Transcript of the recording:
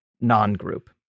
non-group